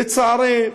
לצערי,